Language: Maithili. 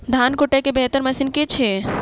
धान कुटय केँ बेहतर मशीन केँ छै?